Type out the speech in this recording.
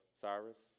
Cyrus